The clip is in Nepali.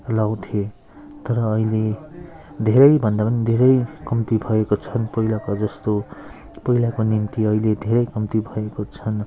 लगाउँथे तर अहिले धेरैभन्दा पनि धेरै कम्ती भएको छन् पहिलाको जस्तो पहिलाको निम्ति अहिले धेरै कम्ती भएको छन्